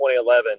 2011